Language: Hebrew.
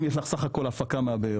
אם יש לך סך הכל הפקה מהבארות,